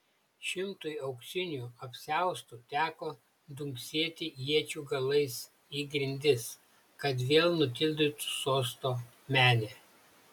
šimtui auksinių apsiaustų teko dunksėti iečių galais į grindis kad vėl nutildytų sosto menę